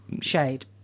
shade